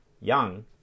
Young